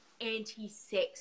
anti-sex